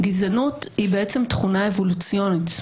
גזענות היא תכונה אבולוציונית.